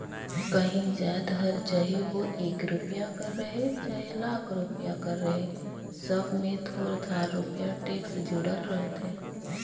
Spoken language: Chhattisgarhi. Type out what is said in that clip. काहीं जाएत हर चहे ओ एक रूपिया कर रहें चहे लाख रूपिया कर रहे सब में थोर थार रूपिया टेक्स जुड़ल रहथे